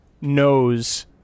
knows